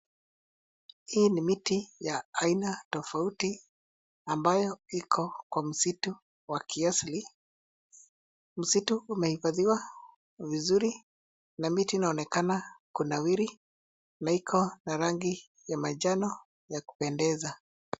Hii ni miti ya aina tofauti ambayo iko kwa msitu wa kiasili. Msitu umehifadhiwa vizuri na miti inaonekana kunawiri na iko na rangi ya manjano ya kupendeza.